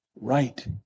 right